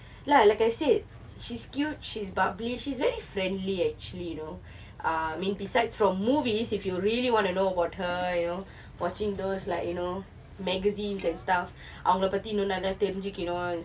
like like I said she's cute she's bubbly she's very friendly actually you know err I mean besides from movies if you really want to know about her you know watching those like you know magazines and stuff அவங்களே பத்தி இன்னும் நல்ல தெரிஞ்சிக்கணும்:avangale pathiinnum nalla therinchikanum